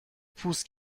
پوست